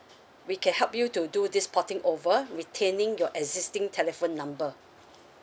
we can help you to do this porting over retaining your existing telephone number